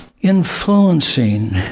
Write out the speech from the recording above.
influencing